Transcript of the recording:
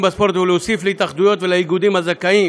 בספורט ולהוסיף להתאחדויות ולאיגודים הזכאים